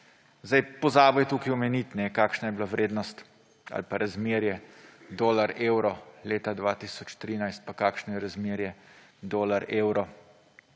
trgu. Pozabil je tukaj omeniti, kakšna je bila vrednost ali pa razmerje dolar : evro leta 2013, pa kakšno je razmerje dolar : evro